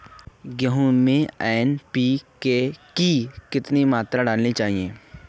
गेहूँ में एन.पी.के की मात्रा कितनी डाली जाती है?